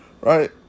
right